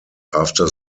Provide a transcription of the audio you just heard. after